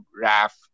Raf